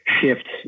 shift